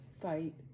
Fight